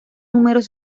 números